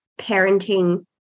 parenting